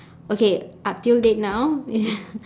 okay up till date now